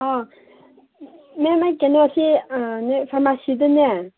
ꯑꯥ ꯃꯦꯝ ꯑꯩ ꯀꯩꯅꯣꯁꯤ ꯑꯥ ꯅꯣꯏ ꯐꯥꯔꯃꯥꯁꯤꯗꯅꯦ